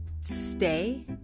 stay